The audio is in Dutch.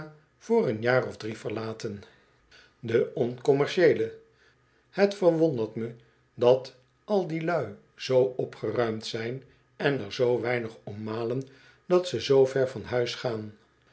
voor een jaar of drie verlaten de oncommercieele t verwondert me dat al die lui zoo opgeruimd zijn en er zoo weinig om malen dat ze zoo ver van huis gaan